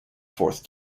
fourth